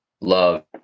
love